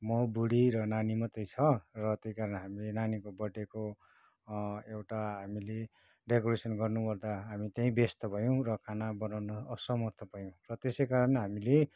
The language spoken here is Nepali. म बुडी र नानी मात्रै छ र त्यो कारण हामीले नानीको बर्थडेको एउटा हामीले डेकोरेसन गर्नु ओर्दा हामी चाहिँ व्यस्त भयौँ र खाना बनाउन अस्मर्थ भयौँ र त्यसै कारण हामीले